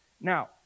Now